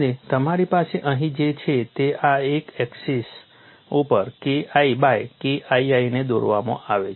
અને તમારી પાસે અહીં જે છે તે આ એક્સિસ ઉપર KI બાય KII ને દોરવામાં આવે છે